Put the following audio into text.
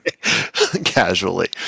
casually